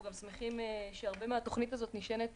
אנחנו שמחים שהרבה מהתוכנית הזאת נשענת